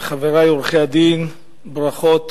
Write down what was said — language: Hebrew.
חברי עורכי-הדין, ברכות